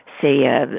say